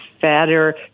fatter